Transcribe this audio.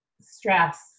stress